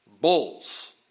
bulls